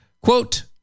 Quote